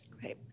Great